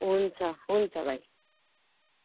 हुन्छ हुन्छ भाइ